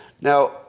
Now